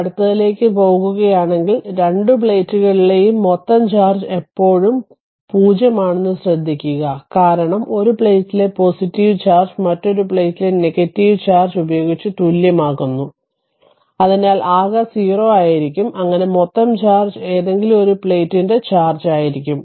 അടുത്തതിലേക്ക് പോകുകയാണെങ്കിൽ രണ്ട് പ്ലേറ്റുകളിലെയും മൊത്തം ചാർജ് എല്ലായ്പ്പോഴും പൂജ്യമാണെന്ന് ശ്രദ്ധിക്കുക കാരണം ഒരു പ്ലേറ്റിലെ പോസിറ്റീവ് ചാർജ് മറ്റൊരു പ്ലേറ്റിലെ നെഗറ്റീവ് ചാർജ് ഉപയോഗിച്ച് തുല്യമാക്കുന്നു അതിനാൽ ആകെ 0 ആയിരിക്കും അങ്ങനെ മൊത്തം ചാർജ് ഏതെങ്കിലും ഒരു പ്ലേറ്റിന്റെ ചാർജ് ആയിരിക്കും